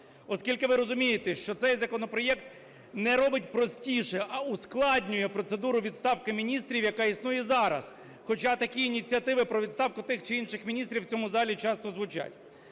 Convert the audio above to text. Оскільки ви розумієте, що цей законопроект не робить простіше, а ускладнює процедуру відставки міністрів, яка існує зараз. Хоча такі ініціативи про відставку тих чи інших міністрів в цьому залі часто звучать.